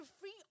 free